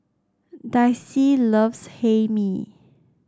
Dicy loves Hae Mee